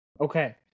Okay